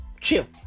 chill